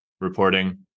reporting